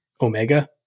Omega